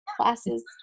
classes